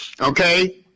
Okay